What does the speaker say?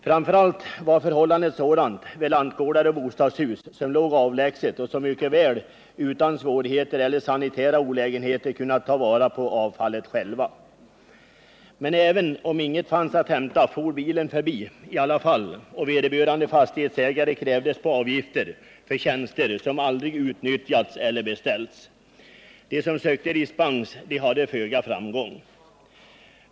Framför allt var förhållandet sådant vid lantgårdar och bostadshus som låg avlägset och där man mycket väl utan svårigheter och sanitära olägenheter kunnat ta vara på avfallet själv. Men även om inget fanns att hämta for bilen förbi i alla fall, och vederbörande fastighetsägare krävdes på avgifter för tjänster som aldrig utnyttjats eller beställts. De som sökte dispens hade föga framgång.